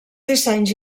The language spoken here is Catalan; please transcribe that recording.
dissenys